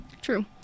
True